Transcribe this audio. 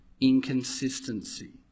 inconsistency